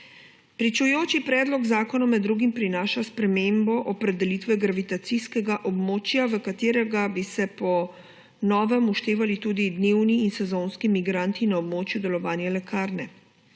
Pričujoči predlog zakona med drugim prinaša spremembo opredelitve gravitacijskega območja, v katerega bi se po novem vštevali tudi dnevni in sezonski migranti na območju delovanja lekarne.